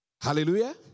Hallelujah